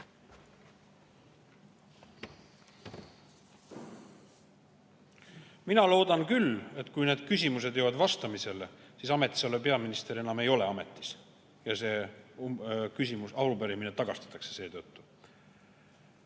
Mina loodan küll, et kui need küsimused jõuavad vastamisele, siis ametisolev peaminister enam ei ole ametis ja see arupärimine tagastatakse seetõttu.